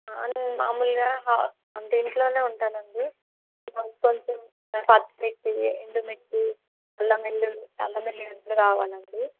నేను మామూలుగా అంటే ఇంట్లోనే ఉంటానండి నాకు కొంచెం పచ్చిమిర్చి ఎండుమిర్చి అల్లం వెల్లుల్లి అల్లం వెల్లిగడ్డ కావాలండి